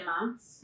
months